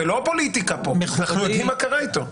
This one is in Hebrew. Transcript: זו לא פוליטיקה פה, אנחנו יודעים מה קרה אתו.